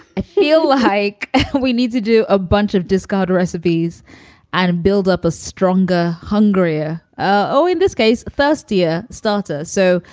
i feel like we need to do a bunch of discard recipes and build up a stronger, hungrier. oh, in this case. thirstier starter. so,